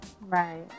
Right